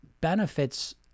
benefits